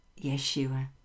Yeshua